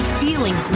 feeling